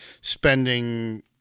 spending